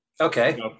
Okay